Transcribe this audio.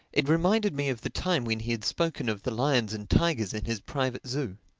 it reminded me of the time when he had spoken of the lions and tigers in his private zoo.